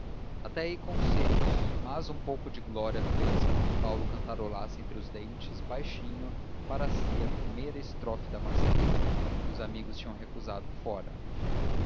até aí os conselhos mas um pouco de glória fez com que paulo cantarolasse entre os dentes baixinho para si a primeira estrofe da marselhesa que os amigos tinham recusado fora